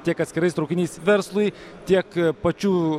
tiek atskirais traukiniais verslui tiek pačių